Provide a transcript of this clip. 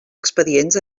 expedients